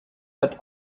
but